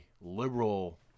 liberal